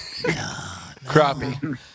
Crappie